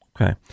Okay